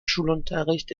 schulunterricht